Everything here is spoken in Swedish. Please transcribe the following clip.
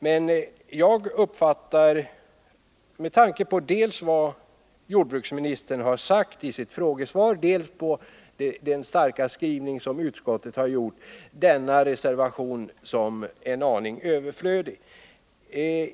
Men med tanke på dels vad jordbruksministern har sagt i sitt frågesvar, dels den starka skrivning som utskottet gjort uppfattar jag denna reservation som en aning överflödig.